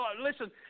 Listen